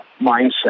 mindset